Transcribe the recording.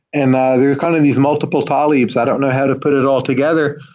and there are kind of these multiple talebs. i don't know how to put it all together,